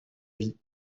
vie